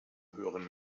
hören